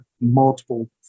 multiple